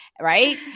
right